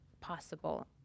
possible